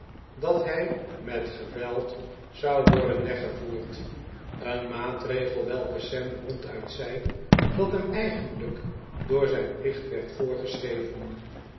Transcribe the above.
dat hij met geweld zou worden weggevoerd een maatregel welke sam ronduit zei dat hem eigenlijk door zijn plicht werd voorgeschreven